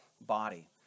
body